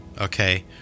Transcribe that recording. okay